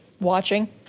Watching